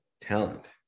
talent